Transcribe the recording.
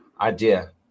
idea